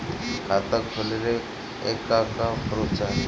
खाता खोलले का का प्रूफ चाही?